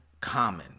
Common